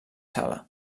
sala